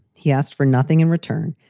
he asked for nothing in return,